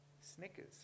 Snickers